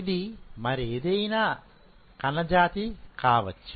ఇది మరేదైనా మన జాతి కావచ్చు